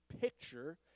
picture